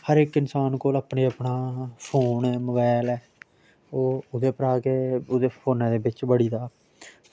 हर इक बइंसान कोल अपने अपना फोन ऐ मोबैल ऐ ओह् ओह्दे पर गै उदे फोना दे बिच बड़ी दा